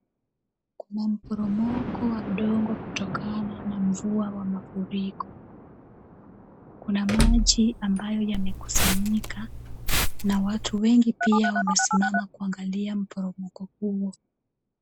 Kuna mporomoko wa udongo kutokana na mvua wa mafuriko. Kuna maji ambayo yamekusanyika na watu wengi pia wamesimama kuangalia mporomoko huo.